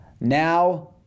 Now